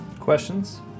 Questions